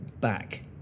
back